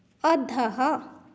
अधः